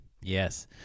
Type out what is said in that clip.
Yes